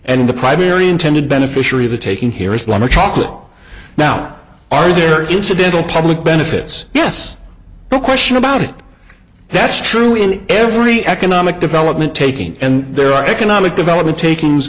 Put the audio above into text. and the primary intended beneficiary of the taking here islama chocolate now are your incidental public benefits yes no question about it that's true in every economic development taking and there are economic development taking